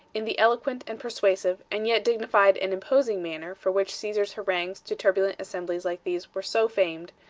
in the eloquent and persuasive, and yet dignified and imposing manner for which caesar's harangues to turbulent assemblies like these were so famed,